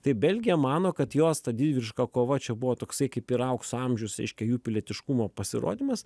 tai belgija mano kad jos ta didvyriška kova čia buvo toksai kaip ir aukso amžiusreiškia jų pilietiškumo pasirodymas